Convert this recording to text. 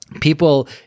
people